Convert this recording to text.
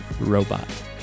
robot